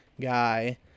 guy